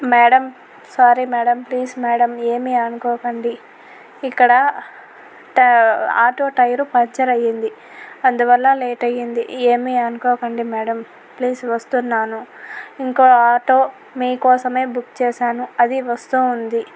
madam sorry madam please madam ఏమీ అనుకోకండి ఇక్కడ టా ఆటో టైరు పంచర్ అయ్యింది అందువల్ల లేట్ అయింది ఏమీ అనుకోకండి మ్యాడమ్ ప్లీజ్ వస్తున్నాను ఇంకో ఆటో మీకోసమే బుక్ చేశాను అది వస్తూ ఉంది